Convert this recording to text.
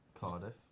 Cardiff